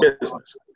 business